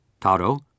Taro